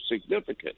significant